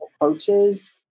approaches